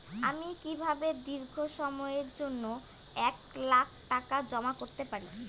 আমি কিভাবে দীর্ঘ সময়ের জন্য এক লাখ টাকা জমা করতে পারি?